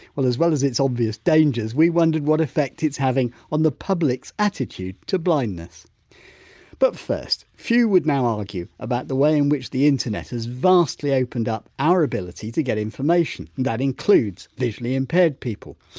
well as well as its obvious dangers, we wondered what effect it's having on the public's attitude to blindness but first, few would now argue about the way in which the internet has vastly opened up our ability to get information and that includes visually impaired people.